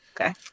Okay